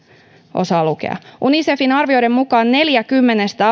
osaa lukea unicefin arvioiden mukaan neljä kymmenestä